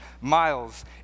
miles